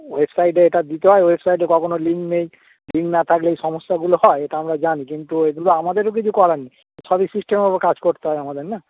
ওয়েবসাইটে এটা দিতে হয় ওয়েবসাইটে কখনো লিঙ্ক নেই লিঙ্ক না থাকলে এই সমস্যাগুলো হয় এটা আমরা জানি কিন্তু এগুলো আমাদেরও কিছু কর নি সবই সিস্টেমের কাজ করতে হয় আমাদের না